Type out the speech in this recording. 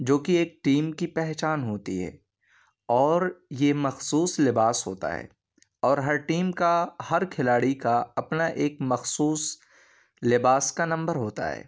جو کہ ایک ٹیم کی پہچان ہوتی ہے اور یہ مخصوص لباس ہوتا ہے اور ہر ٹیم کا ہر کھلاڑی کا اپنا ایک مخصوص لباس کا نمبر ہوتا ہے